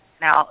Now